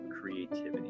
creativity